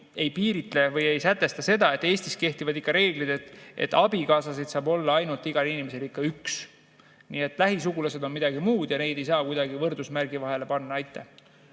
ei piiritle või ei sätesta seda. Eestis kehtivad ikka reeglid, et abikaasasid saab olla igal inimesel ainult üks. Nii et lähisugulased on midagi muud ja neile ei saa kuidagi võrdusmärki vahele panna.